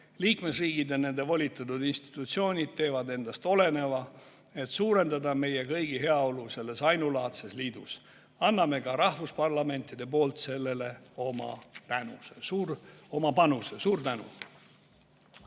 Liikmesriigid ja nende volitatud institutsioonid teevad endast oleneva, et suurendada meie kõigi heaolu selles ainulaadses liidus. Anname ka rahvusparlamentide poolt sellesse oma panuse. Suur tänu!